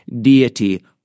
deity